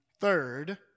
Third